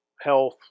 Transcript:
Health